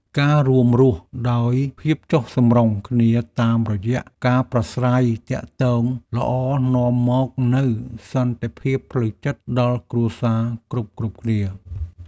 ការរួមរស់ដោយភាពចុះសម្រុងគ្នាតាមរយៈការប្រាស្រ័យទាក់ទងល្អនាំមកនូវសន្តិភាពផ្លូវចិត្តដល់គ្រួសារគ្រប់ៗគ្នា។